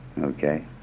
Okay